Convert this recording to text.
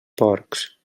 porcs